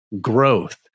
growth